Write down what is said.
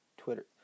Twitter